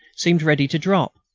seemed ready to drop.